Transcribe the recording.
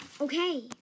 Okay